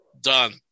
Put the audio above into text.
done